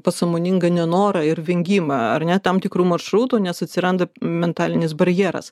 pasąmoningą nenorą ir vengimą ar ne tam tikru maršrutų nes atsiranda mentalinis barjeras